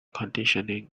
conditioning